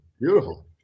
beautiful